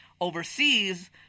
overseas